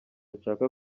nshaka